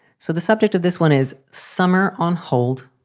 so the subject of this one is summer on hold.